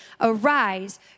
arise